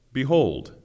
behold